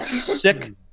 sick